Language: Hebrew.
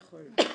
נכון.